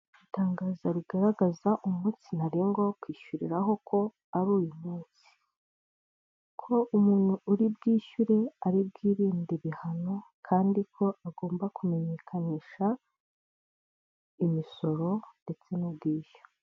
Itangazo rigaragaza ko umunsi ntarengwa wo kwishyuriraho ko ari uyu munsi, ko umuntu uri bwishyure ari bwirinde ibihano, kandi ko agomba kumenyekanisha imisoro ndetse n'ubwishyu.